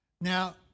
Now